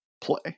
play